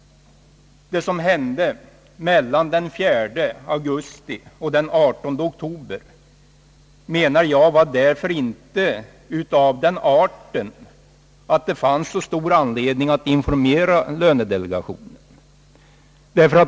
Vad som hände mellan den 4 augusti och den 18 oktober var därför, menar jag, inte av den arten att det fanns så stor anledning att informera lönedelegationen.